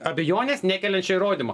abejonės nekeliančio įrodymo